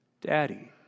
Daddy